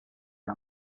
era